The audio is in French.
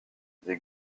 des